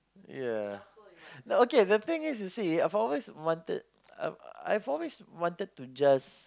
ya no okay the thing is you see I've always wanted uh I've always wanted to just